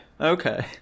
Okay